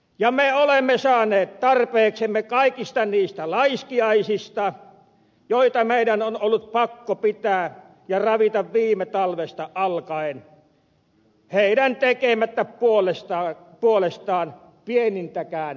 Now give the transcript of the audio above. ja me olemme saaneet tarpeeksemme kaikista niistä laiskiaisista joita meidän on ollut pakko pitää ja ravita viime talvesta alkaen heidän tekemättä puolestaan pienintäkään hyötyä